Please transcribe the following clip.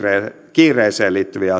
kiireeseen liittyvistä